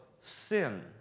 sin